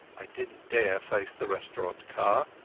i didnat dare face the restaurant car,